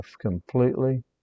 completely